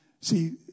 See